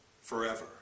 forever